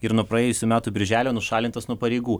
ir nuo praėjusių metų birželio nušalintas nuo pareigų